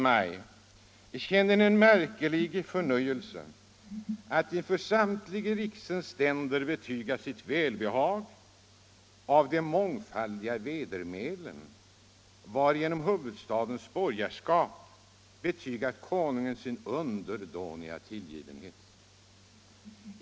Maj:t känner en märkelig förnöjelse, att inför Samtelige Rik sens Ständer betyga Sitt wälbehag av de mångfaldiga wedermälen, hwarigenom Hufwudstadens Borgerskap betygat Konungen sin underdåniga tillgifwenhet.